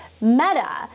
Meta